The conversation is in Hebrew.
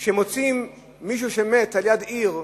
כשמוצאים מישהו שמת ליד עיר,